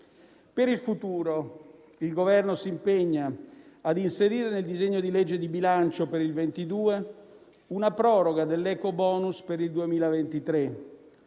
Per il futuro, il Governo si impegna a inserire nel disegno di legge di bilancio per il 2022 una proroga dell'ecobonus per il 2023,